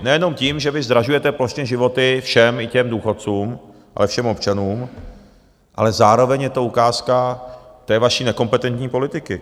Nejenom tím, že vy zdražujete plošně životy všem, i těm důchodcům, ale všem občanům, ale zároveň je to ukázka té vaší nekompetentní politiky.